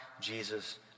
Jesus